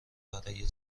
برای